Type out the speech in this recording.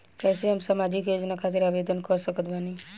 कैसे हम सामाजिक योजना खातिर आवेदन कर सकत बानी?